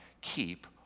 keep